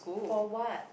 for what